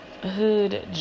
Hood